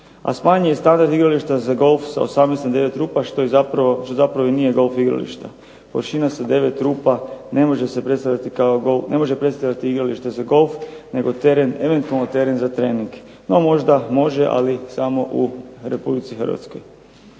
a smanjen je standard igrališta za golf sa 18 na 9 rupa što je zapravo, što zapravo i nije golf igralište. Površina sa 9 rupa ne može se predstavljati kao golf, ne može predstavljati igralište za golf, nego teren, eventualno teren za trening, no možda može ali samo u Republici Hrvatskoj.